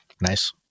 Nice